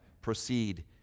proceed